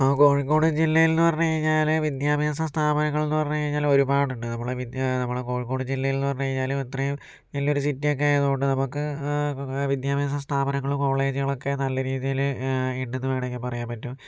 ഇപ്പോൾ കോഴിക്കോട് ജില്ലയിലെന്ന് പറഞ്ഞു കഴിഞ്ഞാൽ വിദ്യാഭ്യാസ സ്ഥാപനങ്ങൾ എന്ന് പറഞ്ഞ് കഴിഞ്ഞാൽ ഒരുപാടുണ്ട് നമ്മളുടെ വിദ്യ നമ്മുടെ കോഴിക്കോട് ജില്ലയിൽന്ന് പറഞ്ഞു കഴിഞ്ഞാൽ അത്രയും നല്ലൊരു സിറ്റി ഒക്കെ ആയതുകൊണ്ട് നമുക്ക് വിദ്യാഭ്യാസ സ്ഥാപനങ്ങളും കോളേജുകൾ ഒക്കെ നല്ല രീതിയിൽ ഉണ്ടെന്ന് വേണമെങ്കിൽ പറയാൻ പറ്റും